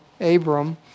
Abram